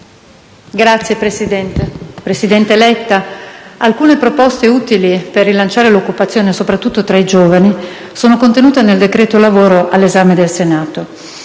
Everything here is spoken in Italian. *(PdL)*. Presidente Letta, alcune proposte utili per rilanciare l'occupazione, soprattutto tra i giovani, sono contenute nel cosiddetto decreto lavoro all'esame del Senato.